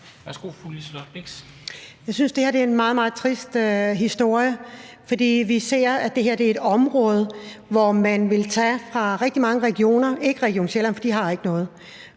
Liselott Blixt (DF): Jeg synes, at det her er en meget, meget trist historie. For vi ser, at det her er et område, hvor man vil tage fra rigtig mange regioner, altså ikke fra Region Sjælland, for de har ikke noget,